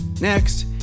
Next